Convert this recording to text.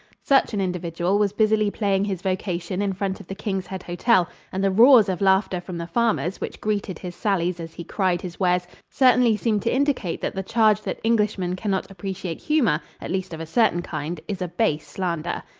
such an individual was busily plying his vocation in front of the king's head hotel, and the roars of laughter from the farmers which greeted his sallies as he cried his wares certainly seemed to indicate that the charge that englishmen can not appreciate humor at least of a certain kind is a base slander.